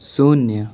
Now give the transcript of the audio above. शून्य